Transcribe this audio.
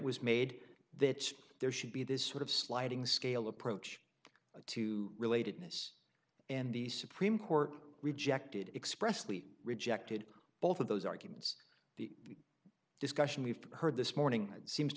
was made that there should be this sort of sliding scale approach to relatedness and the supreme court rejected expressly rejected both of those arguments the discussion we've heard this morning that seems to